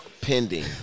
pending